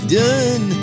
done